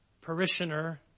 parishioner